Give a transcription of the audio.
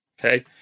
okay